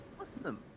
awesome